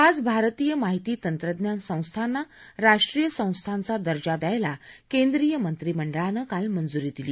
पाच भारतीय माहिती तंत्रज्ञान संस्थांना राष्ट्रीय संस्थांचा दर्जा द्यायला केंद्रीय मंत्रिमंडळानं काल मंजुरी दिली